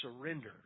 surrender